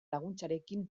laguntzarekin